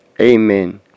Amen